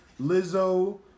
Lizzo